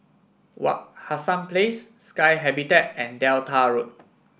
Wak Hassan Place Sky Habitat and Delta Road